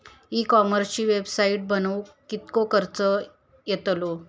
E कॉमर्सची website बनवक किततो खर्च येतलो?